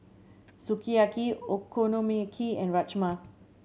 Sukiyaki Okonomiyaki and Rajma